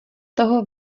toho